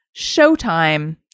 Showtime